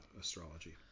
astrology